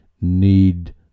need